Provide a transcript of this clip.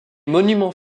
monuments